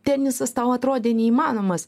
tenisas tau atrodė neįmanomas